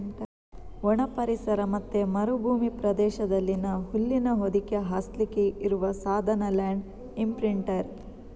ಒಣ ಪರಿಸರ ಮತ್ತೆ ಮರುಭೂಮಿ ಪ್ರದೇಶದಲ್ಲಿ ಹುಲ್ಲಿನ ಹೊದಿಕೆ ಹಾಸ್ಲಿಕ್ಕೆ ಇರುವ ಸಾಧನ ಲ್ಯಾಂಡ್ ಇಂಪ್ರಿಂಟರ್